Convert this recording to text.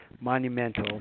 Monumental